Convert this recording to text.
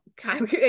time